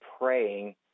praying